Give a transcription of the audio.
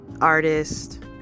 artist